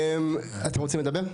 אתם רוצים לדבר?